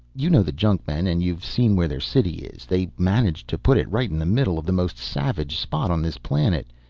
you know the junkmen, and you've seen where their city is. they managed to put it right in the middle of the most savage spot on this planet.